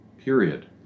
period